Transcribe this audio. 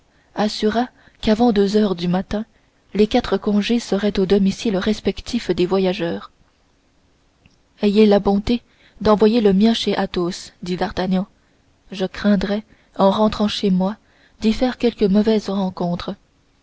assura qu'avant deux heures du matin les quatre congés seraient au domicile respectif des voyageurs ayez la bonté d'envoyer le mien chez athos dit d'artagnan je craindrais en rentrant chez moi d'y faire quelque mauvaise rencontre